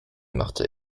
machte